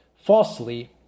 falsely